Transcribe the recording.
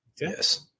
Yes